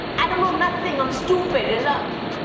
i don't know nothing. i'm stupid ah